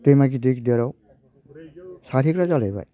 दैमा गिदिर गिदिराव सारहैग्रा जालायबाय